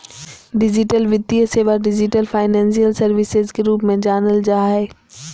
digital वित्तीय सेवा, digital financial services के रूप में जानल जा हइ